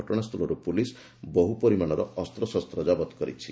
ଘଟଣାସ୍ଥଳରୁ ପୁଲିସ୍ ବହୁ ପରିମାଣର ଅସ୍ତ୍ରଶସ୍ତ୍ର ଜବତ କରିଛି